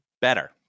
better